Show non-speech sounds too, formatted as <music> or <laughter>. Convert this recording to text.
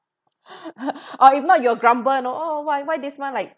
<laughs> or if not you'll grumble you know oh why why this month like